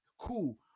Cool